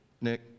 Nick